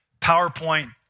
PowerPoint